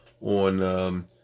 on